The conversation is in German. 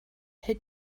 hält